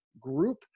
group